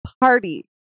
party